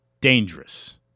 dangerous